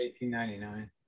1899